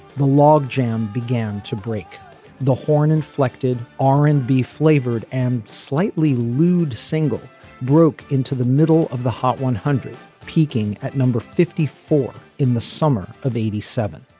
the log jam began to break the horn inflected orange bee flavored and slightly lewd single broke into the middle of the hot one hundred peaking at number fifty four in the summer of eighty seven.